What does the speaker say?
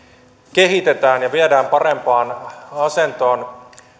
kehitetään ja viedään parempaan asentoon